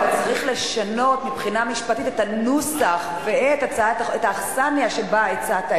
אתה צריך לשנות מבחינה משפטית את הנוסח ואת האכסניה שבה הצעת את ההצעה.